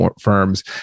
firms